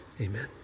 amen